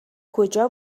کجا